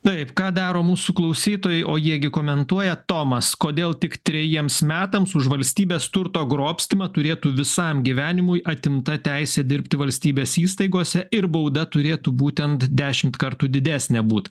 taip ką daro mūsų klausytojai o jie gi komentuoja tomas kodėl tik trejiems metams už valstybės turto grobstymą turėtų visam gyvenimui atimta teisė dirbti valstybės įstaigose ir bauda turėtų būtent dešimt kartų didesnė būt